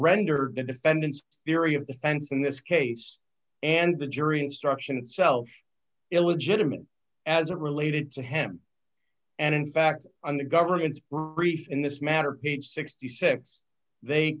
the defendant's theory of defense in this case and the jury instruction itself illegitimate as it related to him and in fact on the government's in this matter page sixty six they